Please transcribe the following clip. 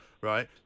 right